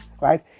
right